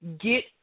get